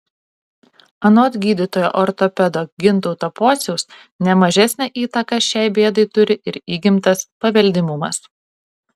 anot gydytojo ortopedo gintauto pociaus ne mažesnę įtaką šiai bėdai turi ir įgimtas paveldimumas